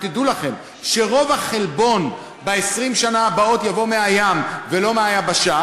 ותדעו לכם שרוב החלבון ב-20 השנים הבאות יבוא מהים ולא מהיבשה